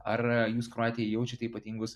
ar jūs kroatijai jaučiate ypatingus